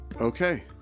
Okay